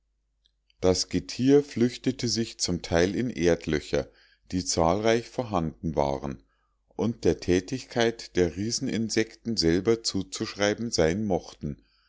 das getier flüchtete sich zum teil in erdlöcher die zahlreich vorhanden waren und der tätigkeit der rieseninsekten selber zuzuschreiben sein mochten